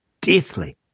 deathly